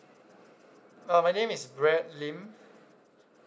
uh my name is brad lim